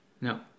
No